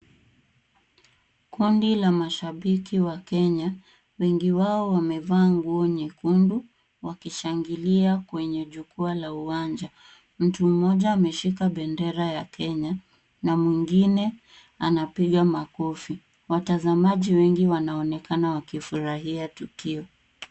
Kundi la mashabiki wa Kenya. Wengi wao wamevaa nguo nyekundu, wakishangilia kwenye jukwaa la uwanja. Mtu mmoja ameshika bendera ya Kenya na mwingine anapiga makofi. Watazamaji wengi wanaonekana wakifurahia tukio.